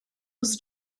was